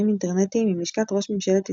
אינטרנטיים עם לשכת ראש ממשלת ישראל,